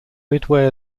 midway